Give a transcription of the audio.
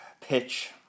pitch